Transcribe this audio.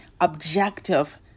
objective